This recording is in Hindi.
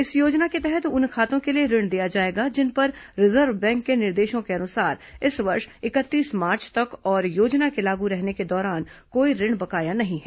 इस योजना के तहत उन खातों के लिए ऋण दिया जाएगा जिन पर रिजर्व बैंक के निर्देशों के अनुसार इस वर्ष इकतीस मार्च तक और योजना के लागू रहने के दौरान कोई ऋण बकाया नहीं है